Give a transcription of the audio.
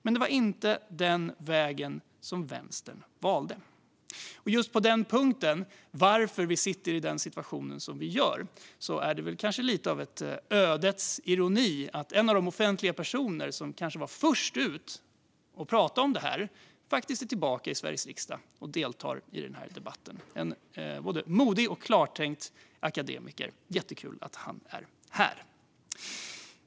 Men det var inte den vägen som vänstern valde. På just den punkten - varför vi sitter i den här situationen - är det kanske lite av ödets ironi att en av de offentliga personer som var bland dem som var först ut med att prata om detta är tillbaka i Sveriges riksdag och deltar i den här debatten. Det är en både modig och klartänkt akademiker. Jättekul att han är här!